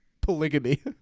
Polygamy